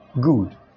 Good